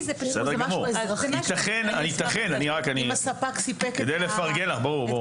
אם הספק סיפק את כמות החלבון שבהסכם,